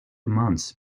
months